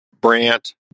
Brant